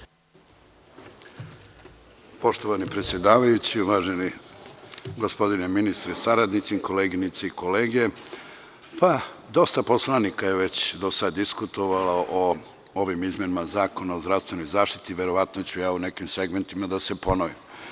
Poštovani predsedavajući, uvaženi gospodine ministre sa saradnicima, koleginice i kolege, pa dosta poslanika je već do sada diskutovalo o ovim izmenama zakona o zdravstvenoj zaštiti, verovatno ću u nekim segmentima da se ponovim.